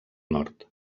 nord